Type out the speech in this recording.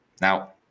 now